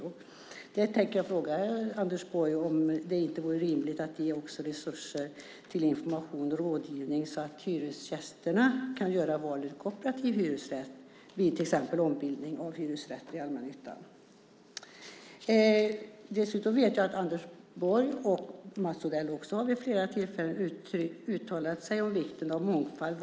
Vore det inte rimligt att ge resurser till information och rådgivning så att hyresgästerna kan göra valet kooperativ hyresrätt vid till exempel ombildning av hyresrätter i allmännyttan? Anders Borg och Mats Odell har vid flera tillfällen uttalat sig om vikten av mångfald.